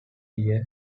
year